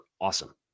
awesome